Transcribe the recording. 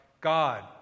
God